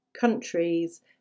countries